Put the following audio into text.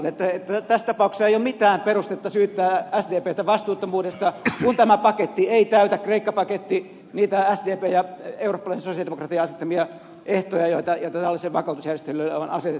tässä tapauksessa ei ole mitään perustetta syyttää sdptä vastuuttomuudesta kun tämä kreikka paketti ei täytä niitä sdpn ja eurooppalaisen sosialidemokratian asettamia ehtoja joita tällaisille vakautusjärjestelyille on asetettu